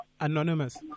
Anonymous